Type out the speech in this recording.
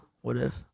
What-if